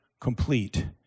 complete